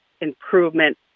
improvement